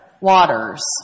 Waters